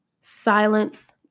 silence